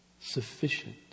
sufficient